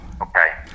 Okay